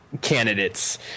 candidates